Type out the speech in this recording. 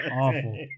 Awful